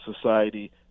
society